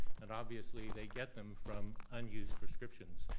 and obviously they get them from unused prescriptions.